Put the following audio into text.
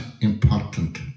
important